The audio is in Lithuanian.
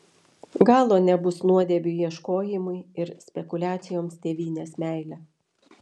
galo nebus nuodėmių ieškojimui ir spekuliacijoms tėvynės meile